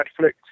Netflix